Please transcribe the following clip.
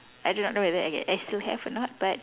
I do not know whether I get I still have or not but